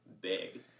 big